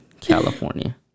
california